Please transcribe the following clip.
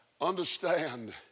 Understand